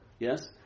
Yes